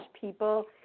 people